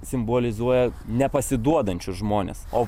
simbolizuoja nepasiduodančius žmones o